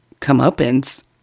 Comeuppance